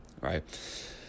right